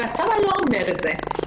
אבל הצבא לא אומר את זה.